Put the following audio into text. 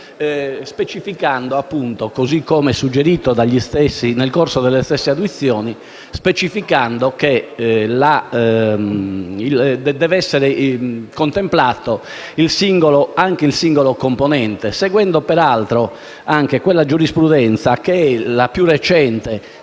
specificando - così come suggerito nel corso delle stesse audizioni - che deve essere contemplato anche il singolo componente, seguendo, peraltro, anche quella giurisprudenza (che è la più recente